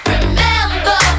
Remember